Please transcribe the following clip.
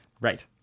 Right